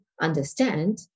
understand